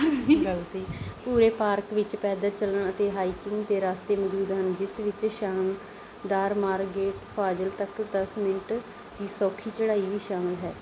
ਪੂਰੇ ਪਾਰਕ ਵਿੱਚ ਪੈਦਲ ਚੱਲਣ ਅਤੇ ਹਾਈਕਿੰਗ ਦੇ ਰਾਸਤੇ ਮੌਜੂਦ ਹਨ ਜਿਸ ਵਿੱਚ ਸ਼ਾਨਦਾਰ ਮਾਰਗੇਟ ਫਾਜ਼ਲ ਤੱਕ ਦਸ ਮਿੰਟ ਦੀ ਸੌਖੀ ਚੜ੍ਹਾਈ ਵੀ ਸ਼ਾਮਲ ਹੈ